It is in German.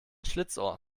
schlitzohr